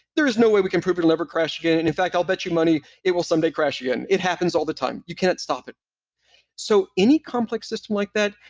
there is no way we can prove it will never crash again, and in fact, i'll bet you money, it will someday crash again. it happens all the time. you can't stop it so any complex system like that,